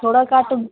थोह्ड़ा घट्ट